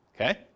Okay